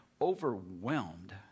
overwhelmed